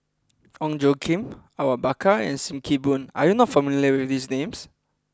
Ong Tjoe Kim Awang Bakar and Sim Kee Boon are you not familiar with these names